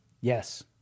Yes